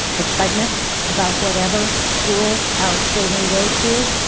excitement about whatever school our children go to,